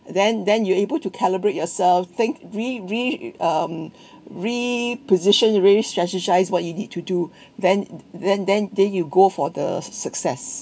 then then you are able to calibrate yourself think re~ re~ um reposition re-strategize what you need to do then then then then you go for the success